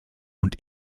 und